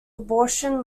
abortion